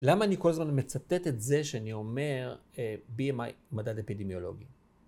למה אני כל הזמן מצטט את זה שאני אומר "BMI הוא מדד אפידמיולוגי"?